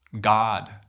God